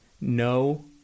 no